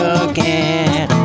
again